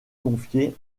confié